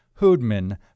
Hoodman